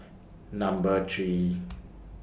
Number three